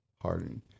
hardened